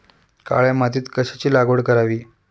काळ्या मातीत कशाची लागवड करावी?